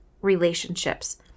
relationships